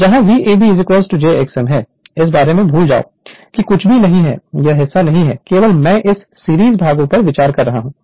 जहाँ v a b j x m है इस बारे में भूल जाओ कि कुछ भी नहीं है यह हिस्सा नहीं है केवल मैं इन सीरीज भागों पर विचार कर रहा हूं